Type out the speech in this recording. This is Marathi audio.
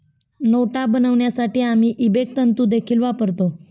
नोटा बनवण्यासाठी आम्ही इबेक तंतु देखील वापरतो